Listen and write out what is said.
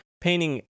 painting